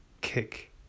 kick